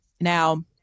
now